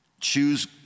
choose